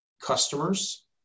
customers